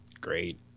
great